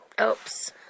oops